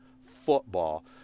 football